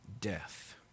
death